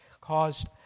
caused